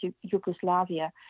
Yugoslavia